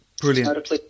Brilliant